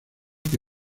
que